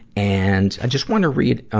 and, i just wanna read, ah,